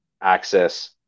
access